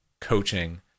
coaching